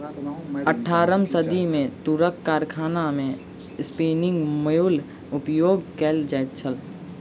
अट्ठारम सदी मे तूरक कारखाना मे स्पिन्निंग म्यूल उपयोग कयल जाइत छल